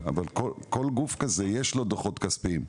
אבל לכל גוף כזה יש דו"חות כספיים.